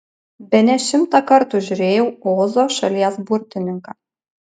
bene šimtą kartų žiūrėjau ozo šalies burtininką